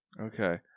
Okay